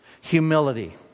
Humility